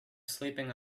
sleeping